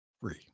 free